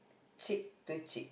cheek to cheek